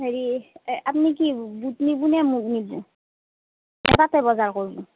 হেৰি আপনি কি বুট নিবো নে মুগ নিবো নে তাতে বজাৰ কৰবো